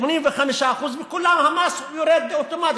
85% לכולם המס יורד אוטומטית,